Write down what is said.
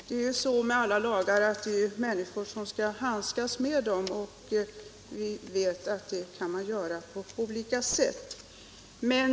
Det är ju människor som handskas med lagarna, och vi vet att det kan göras på olika sätt.